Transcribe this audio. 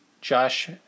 Josh